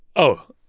oh,